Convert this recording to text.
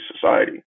society